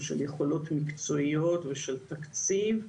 של יכולות מקצועיות ושל תקציב.